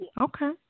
Okay